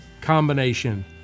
combination